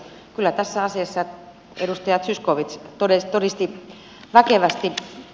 kyllä tämän asian edustaja zyskowicz todisti väkevästi